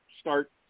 start